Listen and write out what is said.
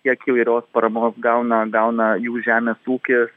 kiek įvairios paramos gauna gauna jų žemės ūkis